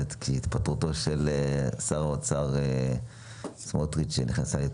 הממשלה צריכה להגיש את התקנות שישה ימים מראש לכנסת כשיש נסיבות,